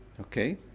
Okay